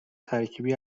ترکیبی